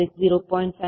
75S 0